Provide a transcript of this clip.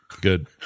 Good